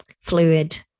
fluid